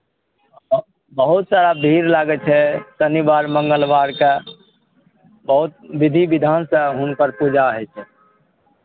बहुत सारा भीड़ लागै छै शनिवार मङ्गलवारके बहुत विधि विधानसँ हुनकर पूजा होइ छै